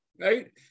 Right